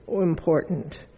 important